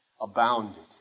abounded